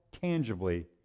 tangibly